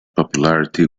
popularity